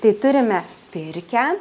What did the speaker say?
tai turime pirkią